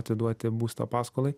atiduoti būsto paskolai